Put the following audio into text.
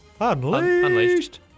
Unleashed